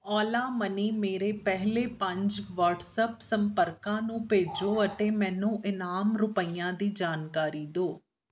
Ola money ਮੇਰੇ ਪਹਿਲੇ ਪੰਜ ਵਟਸਅੱਪ ਸੰਪਰਕਾਂ ਨੂੰ ਭੇਜੋ ਅਤੇ ਮੈਨੂੰ ਇਨਾਮ ਰੁਪਈਆਂ ਦੀ ਜਾਣਕਾਰੀ ਦਿਓ